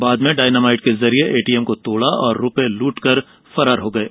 बाद में डायनामाइट के जरिए एटीएम को तोड़ा और रूपये लूट कर फरार हो गये